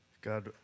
God